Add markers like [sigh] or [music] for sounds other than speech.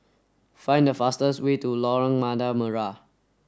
find the fastest way to Lorong [unintelligible] Merah